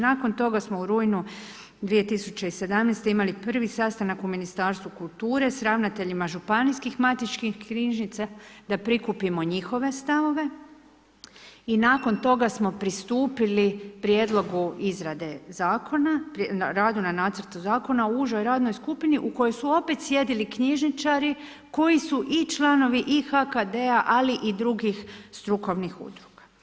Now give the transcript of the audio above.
Nakon toga smo u rujnu 2017. imali prvi sastanak u Ministarstvu kulture s ravnateljima županijskih matičnih knjižnica da prikupimo njihove stavove i nakon toga smo pristupili prijedlogu izrade zakona, radu na nacrtu zakona u užoj radnoj skupini u kojoj su opet sjedili knjižničari koji su i članovi i HKD-a ali i drugih strukovnih udruga.